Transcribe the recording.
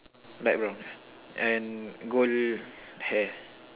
light brown and gold hair